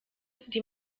die